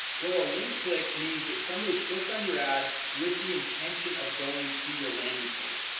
well a link click means that somebody clicked on your ad with the intention of going to your landing page.